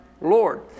Lord